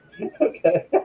Okay